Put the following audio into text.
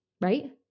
Right